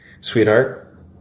Sweetheart